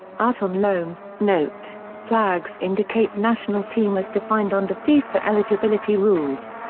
out on loan note flags indicate national team as defined under fifa eligibility rules.